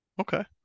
Okay